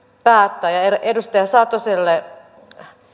päättää edustaja satoselle